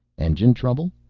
engine trouble?